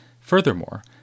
Furthermore